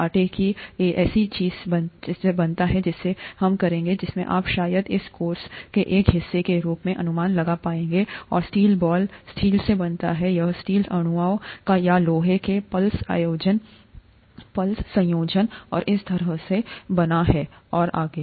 आटा एक ऐसी चीज से बना है जिसे हम करेंगे जिसे आप शायद इस कोर्स के एक हिस्से के रूप में अनुमान लगा पाएंगे और स्टील बॉल स्टील से बना है यह स्टील के अणुओं या लोहे के प्लस संयोजन और इसी तरह से बना है और आगे